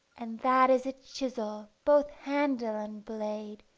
and that is a chisel, both handle and blade,